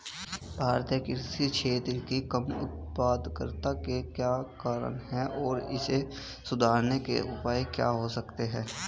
भारतीय कृषि क्षेत्र की कम उत्पादकता के क्या कारण हैं और इसे सुधारने के उपाय क्या हो सकते हैं?